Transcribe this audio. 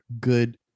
good